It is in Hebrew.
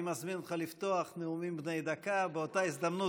ככה הוא רוצה לעשות את זה,